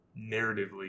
Narratively